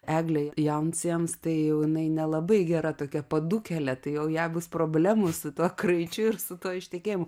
eglė jauncems tai jinai nelabai gera tokia padūkėlė tai jau jai bus problemų su tuo kraičiu ir su tuo ištekėjimu